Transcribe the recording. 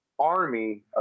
Army